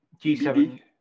G7